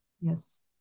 Yes